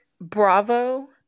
Bravo